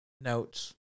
notes